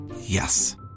Yes